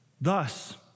Thus